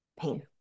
pain